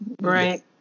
Right